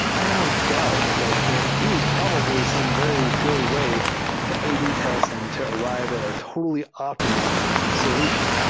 i have no doubt that there is probably some very good way to ab test and to arrive at a totally optimal solution,